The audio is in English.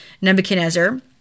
Nebuchadnezzar